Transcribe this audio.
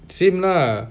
same lah